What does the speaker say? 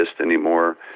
anymore